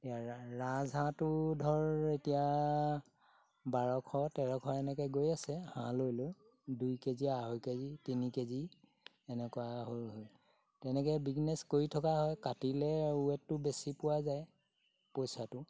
এতিয়া ৰাজহাঁহটো ধৰ এতিয়া বাৰশ তেৰশ এনেকৈ গৈ আছে হাঁহ লৈ লৈ দুই কেজি আঢ়ৈ কেজি তিনি কেজি এনেকুৱা হয় তেনেকৈ বিজনেছ কৰি থকা হয় কাটিলে ৱেটটো বেছি পোৱা যায় পইচাটো